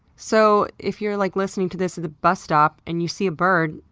so if you're like listening to this at the bus stop and you see a bird,